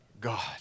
God